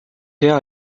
hea